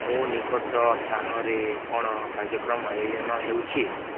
ମୋ ନିକଟ ସ୍ଥାନରେ କ'ଣ କାର୍ଯ୍ୟକ୍ରମ ଆୟୋଜନ ହେଉଛି